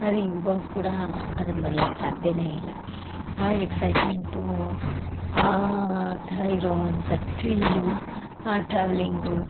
ಅದು ಇವಾಗ ಕೂಡ ಅದನ್ನ ಮರಿಯೋಕೆ ಸಾಧ್ಯನೇ ಇಲ್ಲ ಆ ಎಕ್ಸೈಟ್ಮೆಂಟು ಆ ಟ್ರೈರೋ ಅಂತ ಥ್ರಿಲ್ಲು ಆ ಟ್ರಾವೆಲಿಂಗು